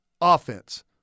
offense